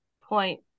point